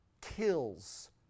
kills